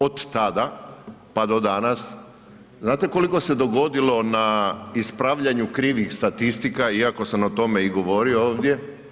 Od tada pa do danas, znate koliko se dogodilo na ispravljanju krivih statistika iako sam o tome govorio ovdje?